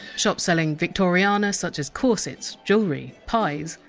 shops selling victoriana such as corsets, jewellery, pies,